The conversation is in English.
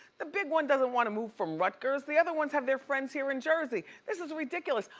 the big one doesn't wanna move from rutgers, the other ones have their friends here in jersey. this is ridiculous.